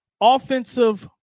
Offensive